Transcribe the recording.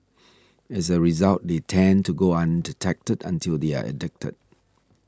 as a result they tend to go undetected until they are addicted